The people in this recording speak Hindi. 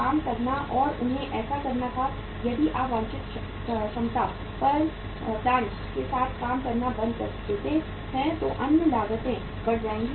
काम करना और उन्हें ऐसा करना था यदि आप वांछित क्षमता पर पौधों के साथ काम करना बंद कर देते हैं तो अन्य लागतें बढ़ जाएंगी